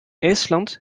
ijsland